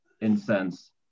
incense